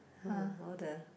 hmm all the